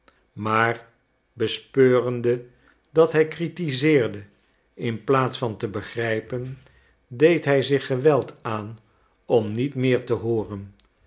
maar bespeurende dat hij kritiseerde in plaats van te begrijpen deed hij zich geweld aan om niet meer te hooren